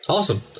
Awesome